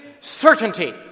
certainty